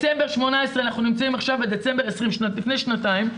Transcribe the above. אנחנו נמצאים עכשיו בדצמבר 2020 לפני שנתיים,